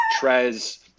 Trez